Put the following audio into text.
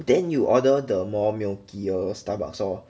then you order the more milkier Starbucks lor